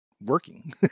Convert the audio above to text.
working